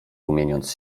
rumieniąc